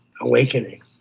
awakening